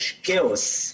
יש כאוס.